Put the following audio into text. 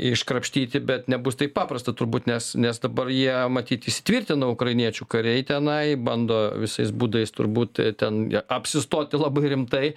iškrapštyti bet nebus taip paprasta turbūt nes nes dabar jie matyt įsitvirtina ukrainiečių kariai tenai bando visais būdais turbūt ten apsistoti labai rimtai